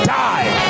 die